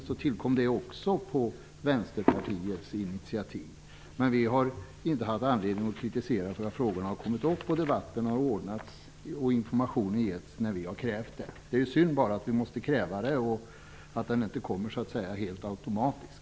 Det skedde också på Vänsterpartiets initiativ. Men vi har inte haft anledning att framföra kritik förrän frågorna har tagits upp och debatten har anordnats. Information har getts när vi har krävt det. Det är bara synd att vi måste kräva information och att den inte kommer helt automatiskt.